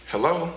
Hello